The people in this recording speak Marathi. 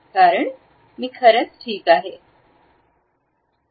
कारण मी खरंच ठीक आहे